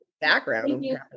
background